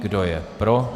Kdo je pro?